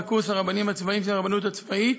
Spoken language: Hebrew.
בקורס הרבנים הצבאיים של הרבנות הצבאית